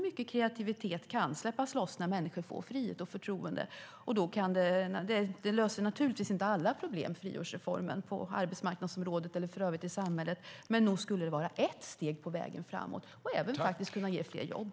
Mycket kreativitet kan släppas loss när människor får frihet och förtroende. En friårsreform löser naturligtvis inte alla problem på arbetsmarknadsområdet eller i samhället i övrigt, men nog skulle det vara ett steg framåt. Det skulle även kunna ge fler jobb.